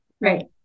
right